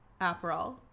Aperol